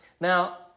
Now